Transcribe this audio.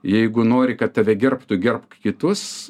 jeigu nori kad tave gerbtų gerbk kitus